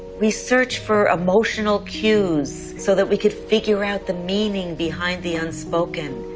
we search for emotional cues so that we could figure out the meaning behind the unspoken.